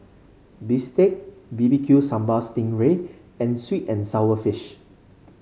Bistake B B Q Sambal Sting Ray and sweet and sour fish